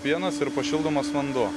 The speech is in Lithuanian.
pienas ir pašildomas vanduo